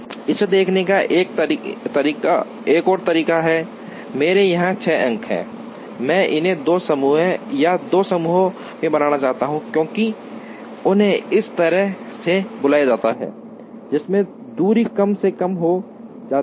इसे देखने का एक और तरीका है मेरे यहां 6 अंक हैं मैं उन्हें दो समूहों या दो समूहों में बनाना चाहता हूं क्योंकि उन्हें इस तरह से बुलाया जाता है जिससे दूरी कम से कम हो जाती है